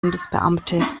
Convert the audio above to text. bundesbeamte